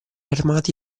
armati